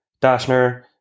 Dashner